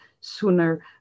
sooner